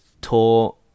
tour